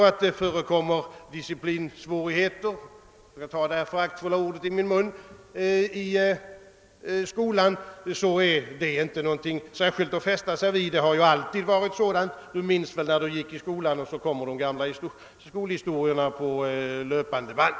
Att det förekommer disciplinsvårigheter — jag tar detta praktfulla ord i min mun — är inte något att särskilt fästa sig vid. Det har alltid varit så, säger man. »Du minns väl hur det var när du själv gick i skolan», säger man — och så kommer de gamla skolhistorierna på löpande band.